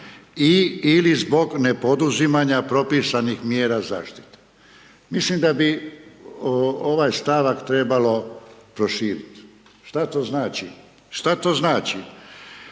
i/ili zbog nepoduzimanja propisanih mjera zaštite. Mislim da bi ovaj stavak trebalo proširi. Što to znači? Što to znači?